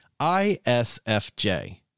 ISFJ